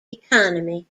economy